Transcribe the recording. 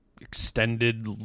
extended